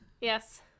yes